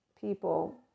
people